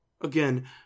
Again